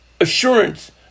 assurance